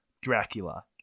Dracula